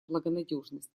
благонадежность